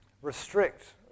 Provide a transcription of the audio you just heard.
restrict